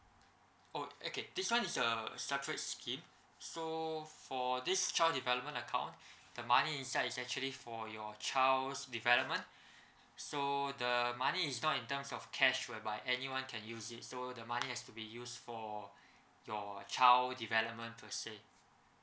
oh okay this [one] is a separate scheme so for this child development account the money inside is actually for your child's development so the money is not in terms of cash whereby anyone can use it so the money has to be used for your child development per se